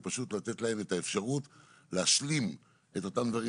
זה פשוט לתת להם את האפשרות להשלים את אותם דברים